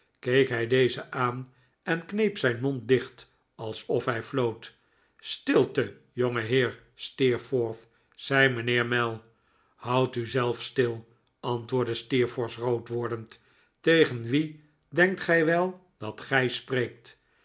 keek hij dezen aan en kneep zijn mond dicht alsof hij floot stilte jongeheer steerforth zei mijnheer mell houd u zelf stil antwoordde steerforth rood wordend tegen wien denkt gij wjel dat gij spreekt